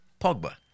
Pogba